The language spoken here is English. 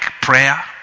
prayer